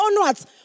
onwards